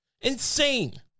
Insane